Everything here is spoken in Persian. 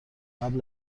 قبل